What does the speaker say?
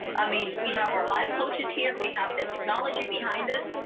i mean, we have our life coaches here, we have the technology behind us.